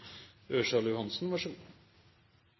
Ørsal Johansen ikke så